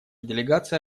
делегация